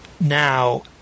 now